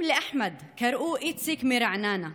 אם לאחמד היו קוראים איציק מרעננה,